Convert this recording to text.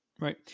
Right